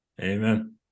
Amen